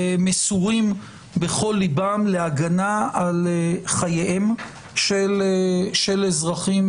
מסורים בכל ליבם להגנה על חייהם של אזרחים